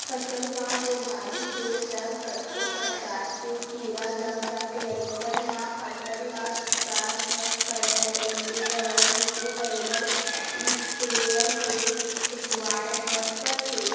फसल म बेमारी के संग कतको परकार के कीरा लग जाथे अइसन म फसल ल नुकसान झन करय कहिके दवई बूटी बरोबर इस्पेयर ले छिचवाय बर परथे